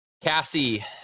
Cassie